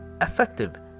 effective